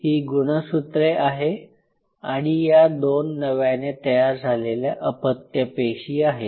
ही गुणसूत्रे आहे आणि या दोन नव्याने तयार झालेल्या अपत्य पेशी आहेत